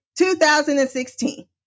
2016